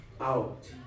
out